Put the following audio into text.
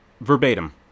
verbatim